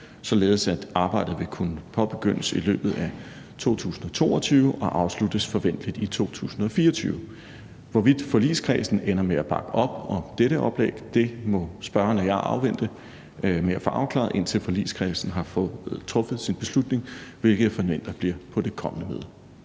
således at arbejdet vil kunne påbegyndes i løbet af 2022 og afsluttes forventeligt i 2024. Hvorvidt forligskredsen ender med at bakke op om dette oplæg, må spørgeren og jeg vente med at få afklaret, indtil forligskredsen har truffet sin beslutning, hvilket jeg forventer bliver på det kommende møde.